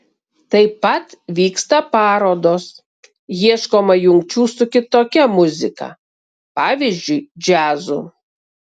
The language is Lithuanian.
taip pat vyksta parodos ieškoma jungčių su kitokia muzika pavyzdžiui džiazu